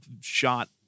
shot